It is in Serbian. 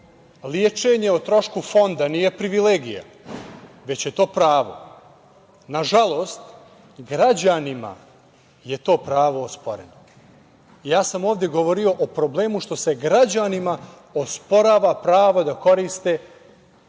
lečenje o trošku Fonda nije privilegija, već je to pravo. Nažalost, građanima je to pravo osporeno. Ja sam ovde govorio o problemu što se građanima osporava pravo da koriste svoju